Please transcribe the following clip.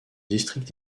district